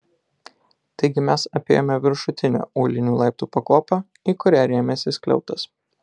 taigi mes apėjome viršutinę uolinių laiptų pakopą į kurią rėmėsi skliautas